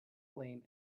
flame